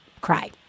cry